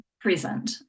present